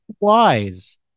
wise